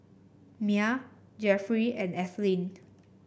Mia Jeffrey and Ethyle